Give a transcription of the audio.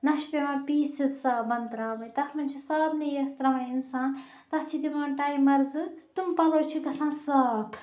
نہَ چھِ پیٚوان پیٖسِتھ صابَن تراوٕنۍ تَتھ مَنٛز چھِ صابنٕے یوت تراوان اِنسان تَتھ چھِ دِوان ٹایمَر زٕ تِم پَلَو چھِ گَژھان صاف